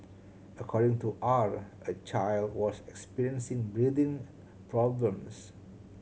according to R a child was experiencing breathing problems